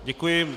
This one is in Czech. Děkuji.